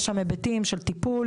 יש שם היבטים של טיפול,